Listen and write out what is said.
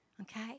okay